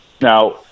Now